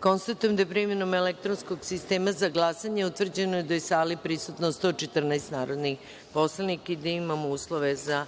Konstatujem da je primenom elektronskog sistema za glasanje utvrđeno da je su u sali prisutno 114 narodnih poslanika i da imamo uslove za